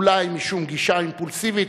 אולי משום גישה אימפולסיבית,